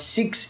six